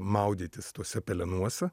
maudytis tuose pelenuose